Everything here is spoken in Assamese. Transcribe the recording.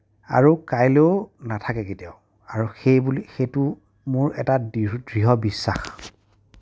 আৰু কাইলেও নাথাকে কেতিয়াও আৰু সেইবুলি সেইটো মোৰ এটা দৃঢ় দৃঢ় বিশ্বাস